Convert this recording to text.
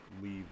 leave